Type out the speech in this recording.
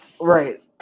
Right